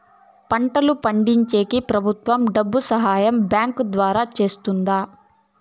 పంటలు పండించేకి ప్రభుత్వం డబ్బు సహాయం బ్యాంకు ద్వారా చేస్తుందా?